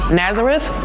nazareth